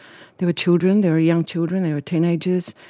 there were children, there were young children, there were teenagers,